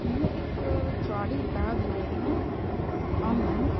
میں نے ایک ٹرالی بیگ لیا تھا آن لائن